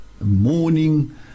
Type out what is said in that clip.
morning